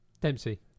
Dempsey